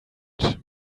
that